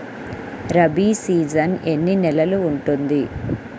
Rabi season ఎన్ని నెలలు ఉంటుంది?